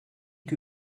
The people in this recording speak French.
que